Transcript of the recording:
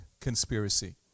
conspiracy